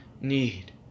need